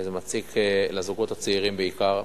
וזה מציק לזוגות הצעירים, בעיקר,